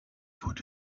put